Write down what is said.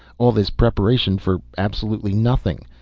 all this preparation for absolutely nothing.